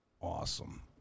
Awesome